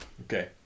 Okay